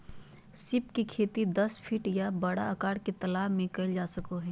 सीप के खेती दस फीट के या बड़ा आकार के तालाब में कइल जा सको हइ